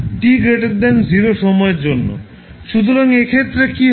সুতরাং এই ক্ষেত্রে কি হবে